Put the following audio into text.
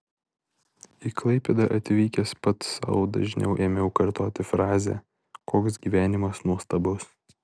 į klaipėdą atvykęs pats sau dažniau ėmiau kartoti frazę koks gyvenimas nuostabus